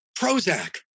Prozac